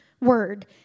word